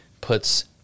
puts